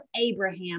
Abraham